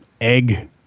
egg